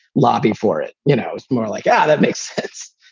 lobby for it. you know, it was more like, yeah, that makes sense.